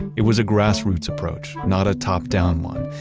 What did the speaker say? it was a grassroots approach, not a top-down one.